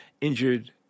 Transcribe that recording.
injured